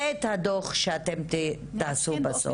וגם את הדוח שאתם תעשו בסוף.